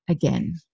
again